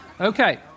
Okay